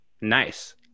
Nice